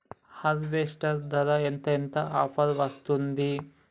Harvester ధర ఎంత ఎంత ఆఫర్ వస్తుంది?